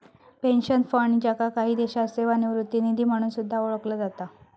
pension fund, ज्याका काही देशांत सेवानिवृत्ती निधी म्हणून सुद्धा ओळखला जाता